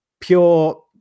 pure